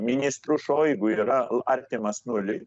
ministro šoigu yra artimas nuliui